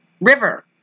river